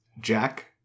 Jack